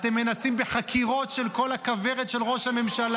אתם מנסים בחקירות של כל הכוורת של ראש הממשלה.